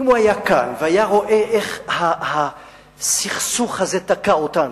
אילו היה כאן והיה רואה איך הסכסוך הזה תקע אותנו,